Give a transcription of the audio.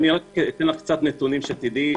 אתן לך קצת נתונים כדי שתדעי.